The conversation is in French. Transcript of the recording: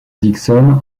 dixon